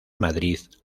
madrid